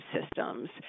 systems